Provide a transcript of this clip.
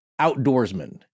outdoorsman